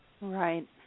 Right